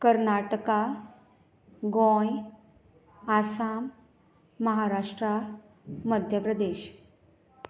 Karnataka Goem Assam Maharashtra Madhya Pradesh